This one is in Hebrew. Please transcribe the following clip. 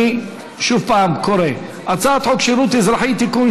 אני שוב קורא: הצעת חוק שירות אזרחי (תיקון,